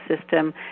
system